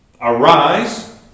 Arise